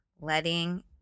Letting